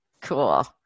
Cool